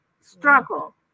struggle